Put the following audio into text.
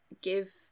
give